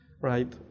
right